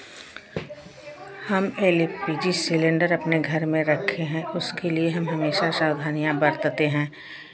हम L P G cylinder अपने घर में रखे हैं उसके लिए हम हमेशा सावधानियां बरतते हैं